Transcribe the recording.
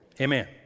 Amen